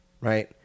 Right